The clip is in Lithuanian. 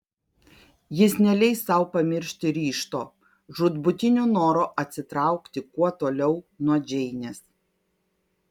jis neleis sau pamiršti ryžto žūtbūtinio noro atsitraukti kuo toliau nuo džeinės